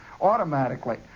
automatically